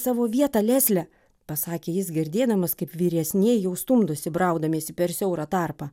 savo vietą lesle pasakė jis girdėdamas kaip vyresnieji jau stumdosi braudamiesi per siaurą tarpą